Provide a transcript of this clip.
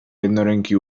jednoręki